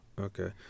Okay